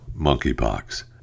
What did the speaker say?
monkeypox